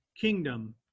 kingdom